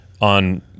on